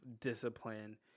discipline